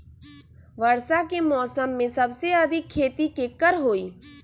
वर्षा के मौसम में सबसे अधिक खेती केकर होई?